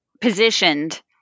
positioned